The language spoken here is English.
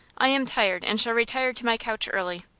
i am tired, and shall retire to my couch early.